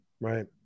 right